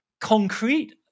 concrete